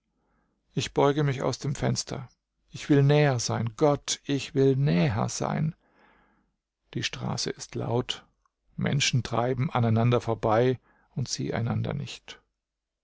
ich beuge mich aus dem fenster ich will näher sein gott ich will näher sein die straße ist laut menschen treiben aneinander vorbei und sie einander nicht